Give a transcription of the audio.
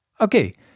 Okay